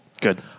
Good